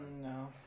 No